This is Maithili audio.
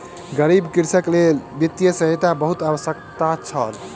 गरीब कृषकक लेल वित्तीय सहायता बहुत आवश्यक छल